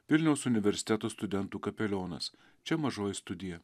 vilniaus universiteto studentų kapelionas čia mažoji studija